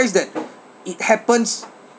surprised that it happens